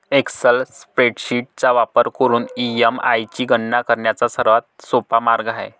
Excel spreadsheet चा वापर करून ई.एम.आय ची गणना करण्याचा सर्वात सोपा मार्ग आहे